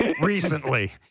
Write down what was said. recently